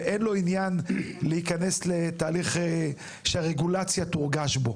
ואין לו עניין להיכנס לתהליך שהרגולציה תורגש בו.